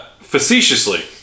Facetiously